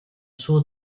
suo